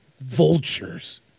vultures